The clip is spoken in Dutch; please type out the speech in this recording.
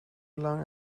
lang